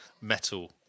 metal